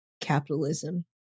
capitalism